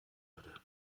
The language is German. würde